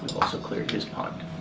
also cleared his pond.